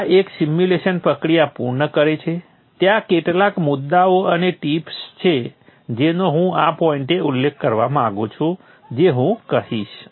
તેથી આ એક સિમ્યુલેશન પ્રક્રિયા પૂર્ણ કરે છે ત્યાં કેટલાક મુદ્દાઓ અને ટીપ્સ છે જેનો હું આ પોઈન્ટે ઉલ્લેખ કરવા માંગું છું જે હું કરીશ